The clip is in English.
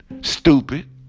Stupid